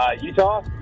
Utah